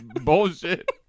bullshit